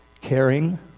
Caring